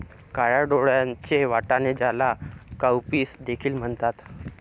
काळ्या डोळ्यांचे वाटाणे, ज्याला काउपीस देखील म्हणतात